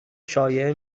شایعه